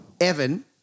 Evan